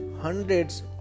hundreds